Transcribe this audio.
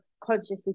consciously